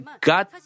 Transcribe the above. God